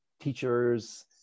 teachers